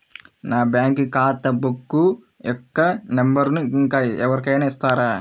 నా బ్యాంక్ ఖాతా బుక్ యొక్క నంబరును ఇంకా ఎవరి కైనా ఇస్తారా?